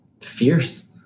fierce